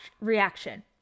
reaction